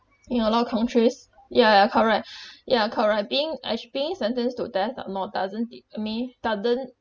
in a lot countries ya ya correct ya correct being as being sentenced to death or not doesn't de~ I mean doesn't